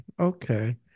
Okay